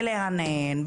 ולהנהן,